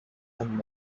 and